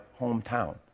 hometown